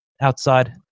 outside